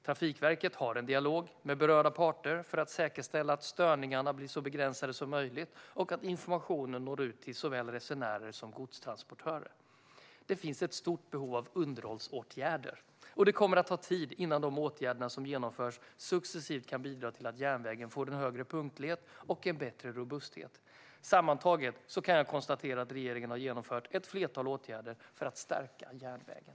Trafikverket har en dialog med berörda parter för att säkerställa att störningarna blir så begränsade som möjligt och att information når ut till såväl resenärer som godstransportörer. Det finns ett stort behov av underhållsåtgärder, och det kommer att ta tid innan de åtgärder som successivt vidtas kan bidra till att järnvägen får en högre punktlighet och en bättre robusthet. Sammantaget kan jag konstatera att regeringen har vidtagit ett flertal åtgärder för att stärka järnvägen.